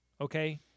okay